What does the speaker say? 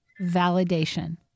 Validation